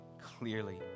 clearly